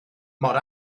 mor